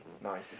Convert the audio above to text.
Nice